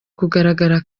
kugaragara